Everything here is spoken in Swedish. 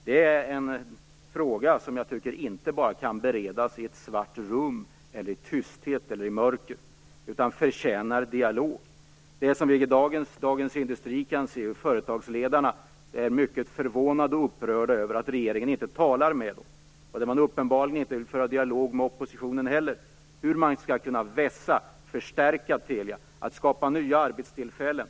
Det är en fråga som jag inte bara tycker kan beredas i ett svart rum, i tysthet eller i mörker. Den förtjänar dialog. I dagens Dagens Industri kan vi se att företagsledarna är mycket förvånade och upprörda över att regeringen inte talar med dem. Regeringen vill uppenbarligen inte föra en dialog med oppositionen heller om hur man skall kunna vässa och förstärka Telia och skapa nya arbetstillfällen.